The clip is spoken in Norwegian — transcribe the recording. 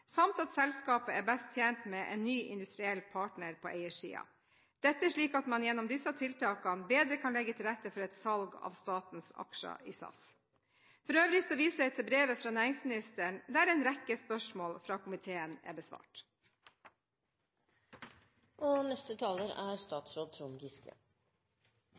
samt at selskapet er best tjent med en ny industriell partner på eiersiden, slik at man gjennom disse tiltakene bedre kan legge til rette for et salg av statens aksjer i SAS. For øvrig viser jeg til brevet fra næringsministeren, der en rekke spørsmål fra komiteen er